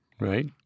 Right